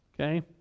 okay